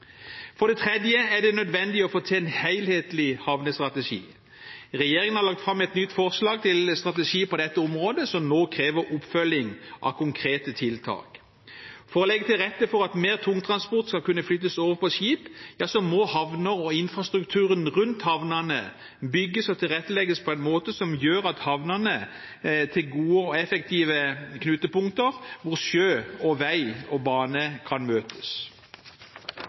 For det tredje er det nødvendig å få til en helhetlig havnestrategi. Regjeringen har lagt fram et nytt forslag til strategi på dette området, som nå krever oppfølging av konkrete tiltak. For å legge til rette for at mer tungtransport skal kunne flyttes over på skip, må havner og infrastrukturen rundt havnene bygges og tilrettelegges på en måte som gjør havnene til gode og effektive knutepunkter hvor sjø, vei og bane kan møtes.